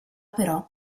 però